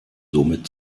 somit